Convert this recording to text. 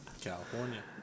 California